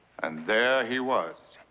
and there he was.